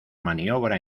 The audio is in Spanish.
maniobra